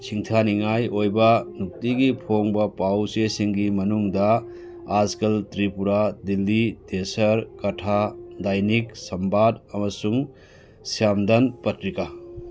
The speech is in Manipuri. ꯁꯤꯡꯊꯥꯅꯤꯉꯥꯏ ꯑꯣꯏꯕ ꯅꯨꯡꯇꯤꯒꯤ ꯐꯣꯡꯕ ꯄꯥꯎ ꯆꯦꯁꯤꯡꯒꯤ ꯃꯅꯨꯡꯗ ꯑꯥꯖꯀꯜ ꯇ꯭ꯔꯤꯄꯨꯔꯥ ꯗꯤꯂꯤ ꯇꯦꯁꯔ ꯀꯊꯥ ꯗꯥꯏꯅꯤꯛ ꯁꯝꯕꯥꯠ ꯑꯃꯁꯨꯡ ꯁ꯭ꯌꯥꯝꯗꯟ ꯄꯇ꯭ꯔꯤꯀꯥ